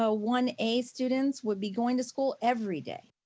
ah one a students would be going to school every day.